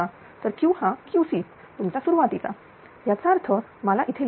तर Q हा QC तुमचा सुरुवातीचा याचा अर्थ मला इथे लिहू दे